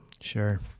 Sure